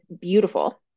beautiful